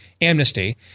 Amnesty